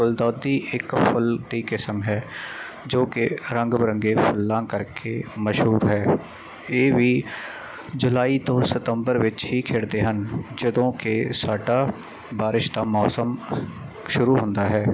ਗੁਲਦੌਤੀ ਇੱਕ ਫੁੱਲ ਦੀ ਕਿਸਮ ਹੈ ਜੋ ਕਿ ਰੰਗ ਬਿਰੰਗੇ ਫੁੱਲਾਂ ਕਰਕੇ ਮਸ਼ਹੂਰ ਹੈ ਇਹ ਵੀ ਜੁਲਾਈ ਤੋਂ ਸਤੰਬਰ ਵਿੱਚ ਹੀ ਖਿੜਦੇ ਹਨ ਜਦੋਂ ਕਿ ਸਾਡਾ ਬਾਰਿਸ਼ ਦਾ ਮੌਸਮ ਸ਼ੁਰੂ ਹੁੰਦਾ ਹੈ